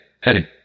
Heading